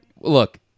look